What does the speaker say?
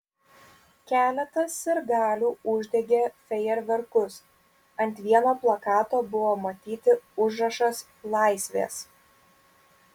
keletas sirgalių uždegė fejerverkus ant vieno plakato buvo matyti užrašas laisvės